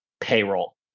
payroll